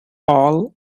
all